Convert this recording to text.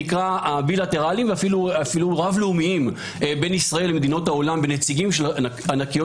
הבילטרליים ואפילו רב לאומיים בין ישראל למדינות העולם ונציגים של ענקיות